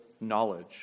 knowledge